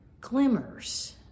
Glimmers